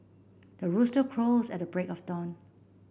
the rooster crows at the break of dawn